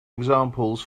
examples